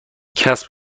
کسب